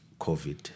COVID